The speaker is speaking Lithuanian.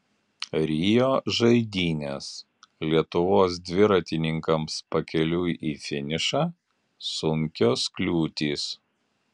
rio žaidynės lietuvos dviratininkams pakeliui į finišą sunkios kliūtys